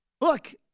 look